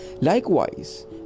Likewise